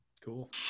Cool